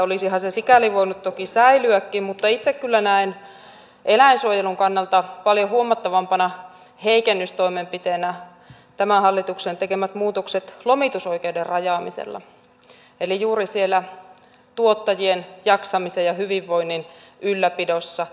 olisihan se sikäli voinut toki säilyäkin mutta itse kyllä näen eläinsuojelun kannalta paljon huomattavampana heikennystoimenpiteenä tämän hallituksen tekemät muutokset lomitusoikeuden rajaamiseen eli juuri sinne tuottajien jaksamisen ja hyvinvoinnin ylläpitoon